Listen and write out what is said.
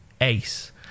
ace